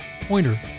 pointer